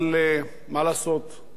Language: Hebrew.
רק כך פועלת ממשלת ישראל.